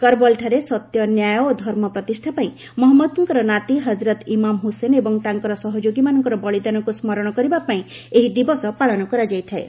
କରବଲଠାରେ ସତ୍ୟନ୍ୟାୟ ଓ ଧର୍ମ ପ୍ରତିଷ୍ଠା ପାଇଁ ମହମ୍ମଦଙ୍କ ନାତି ହଜରତ୍ ଇମାମ ହୁସେନ ଏବଂ ତାଙ୍କର ସହଯୋଗୀମାନଙ୍କ ବଳିଦାନକୁ ସ୍କରଣ କରିବା ପାଇଁ ଏହି ଦିବସ ପାଳନ କରାଯାଇଥାଏ